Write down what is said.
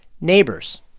Neighbors